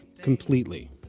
completely